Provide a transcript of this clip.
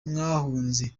mwahunze